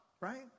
right